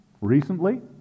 recently